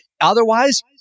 otherwise